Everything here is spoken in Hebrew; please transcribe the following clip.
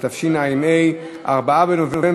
אם כך, אין עוד סעיף, אז אני מודיע שתם סדר-היום.